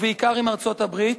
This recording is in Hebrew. ובעיקר עם ארצות-הברית,